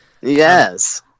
Yes